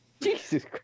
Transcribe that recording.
Jesus